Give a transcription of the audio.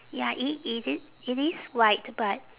ya it is it it is white but